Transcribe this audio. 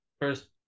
first